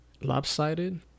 lopsided